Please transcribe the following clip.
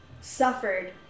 suffered